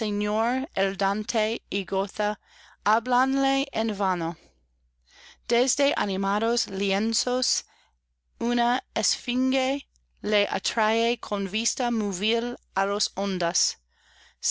háblanle en vano desde animados lienzos una esfinge le atrae con vi ta móvil á las ondas